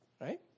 Right